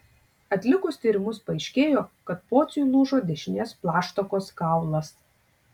atlikus tyrimus paaiškėjo kad pociui lūžo dešinės plaštakos kaulas